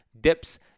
dips